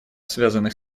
связанных